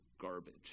garbage